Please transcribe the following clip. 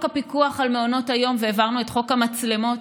הפיקוח על מעונות היום והעברנו את חוק המצלמות,